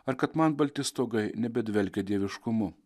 ar kad man balti stogai nebedvelkia dieviškumu